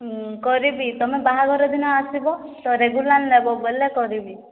ହୁଁ କରିବି ତମେ ବାହାଘର ଦିନ ଆସିବ ତ ରେଗୁଲାର ନେବ ବୋଇଲେ କରିବି